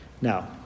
Now